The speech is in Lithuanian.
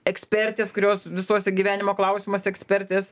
ekspertės kurios visose gyvenimo klausimuose ekspertės